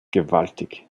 gewaltig